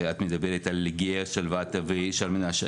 את מדברת על גהה, שלוותה ושער מנשה.